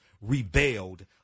rebelled